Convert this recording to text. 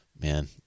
Man